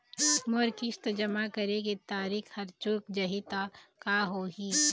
मोर किस्त जमा करे के तारीक हर चूक जाही ता का होही?